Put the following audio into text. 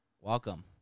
Welcome